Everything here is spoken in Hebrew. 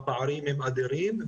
הפערים הם אדירים.